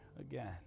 again